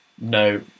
no